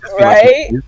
Right